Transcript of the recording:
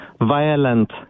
violent